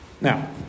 Now